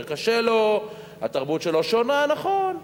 יותר קשה לו, התרבות שלו שונה, נכון.